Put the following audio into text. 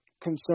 concern